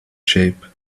shape